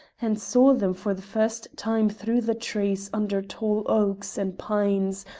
and saw them for the first time through the trees under tall oaks and pines,